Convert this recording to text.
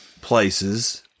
places